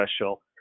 special